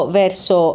verso